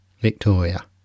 Victoria